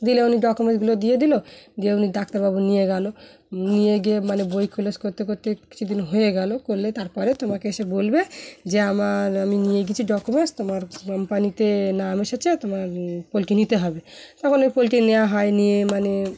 দিলে উনি ডকুমেন্টসগুলো দিয়ে দিলো দিয়ে উনি ডাক্তারবাবু নিয়ে গেলো নিয়ে গিয়ে মানে বই খলস করতে করতে কিছুদিন হয়ে গেলো করলে তারপরে তোমাকে এসে বলবে যে আমার আমি নিয়ে গিয়েছি ডকুমেন্টস তোমার কোম্পানিতে নাম এসেছে তোমার পোলট্রি নিতে হবে তখন ওই পোলট্রি নেওয়া হয় নিয়ে মানে